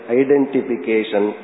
identification